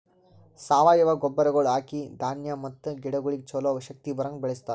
ಸಾವಯವ ಗೊಬ್ಬರಗೊಳ್ ಹಾಕಿ ಧಾನ್ಯ ಮತ್ತ ಗಿಡಗೊಳಿಗ್ ಛಲೋ ಶಕ್ತಿ ಬರಂಗ್ ಬೆಳಿಸ್ತಾರ್